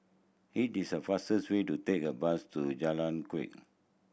it is faster way to take the bus to Jalan Kuak